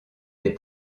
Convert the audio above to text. des